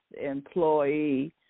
employee